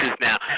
now